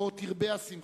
ועוד תרבה השמחה'.